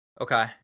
Okay